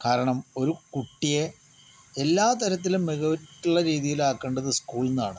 കാരണം ഒരു കുട്ടിയെ എല്ലാ തരത്തിലും മികവുറ്റുള്ള രീതിയിലാക്കേണ്ടത് സ്കൂളിൽനിന്നാണ്